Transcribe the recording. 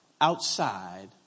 outside